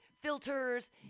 filters